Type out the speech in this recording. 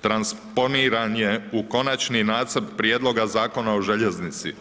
transponiran je u konačni nacrt prijedloga Zakona o željeznici.